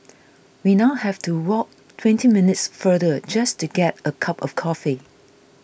we now have to walk twenty minutes further just to get a cup of coffee